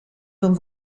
van